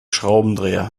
schraubendreher